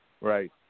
Right